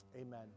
Amen